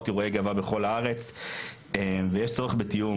אירועי גאווה בכל הארץ ויש צורך בתיאום,